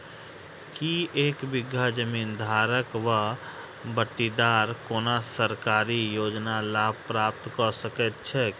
की एक बीघा जमीन धारक वा बटाईदार कोनों सरकारी योजनाक लाभ प्राप्त कऽ सकैत छैक?